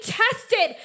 tested